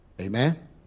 Amen